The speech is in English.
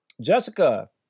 Jessica